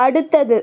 அடுத்தது